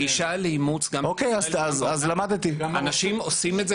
הגישה לאימוץ היא שאנשים עושים את זה